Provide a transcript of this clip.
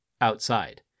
outside